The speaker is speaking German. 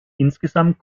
insgesamt